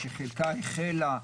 שחלקה החלה,